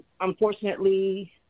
unfortunately